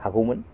हागौमोन